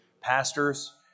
pastors